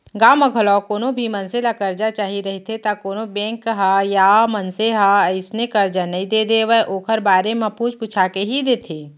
गाँव म घलौ कोनो भी मनसे ल करजा चाही रहिथे त कोनो बेंक ह या मनसे ह अइसने करजा नइ दे देवय ओखर बारे म पूछ पूछा के ही देथे